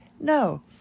No